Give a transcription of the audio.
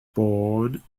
born